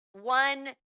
one